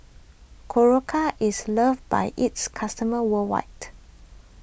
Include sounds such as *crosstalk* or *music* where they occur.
Berocca is loved by its customers worldwide *noise*